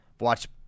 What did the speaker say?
Watch